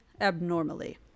abnormally